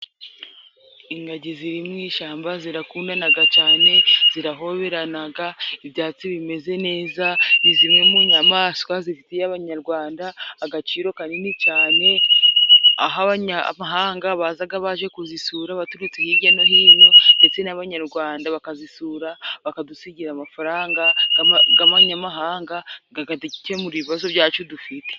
Ingagi ziri mu ishyamba zirakundanaga cyane zirahoberanaga, ibyatsi bimeze neza. Ni zimwe mu nyamaswa zifitiye abanyarwanda agaciro kanini cyane. Aho abanyamahanga bazaga baje kuzisura baturutse hirya no hino, ndetse n'abanyarwanda bakazisura bakadusigira amafaranga g'abanyamahanga gagadukemurira ibibazo byacu dufite.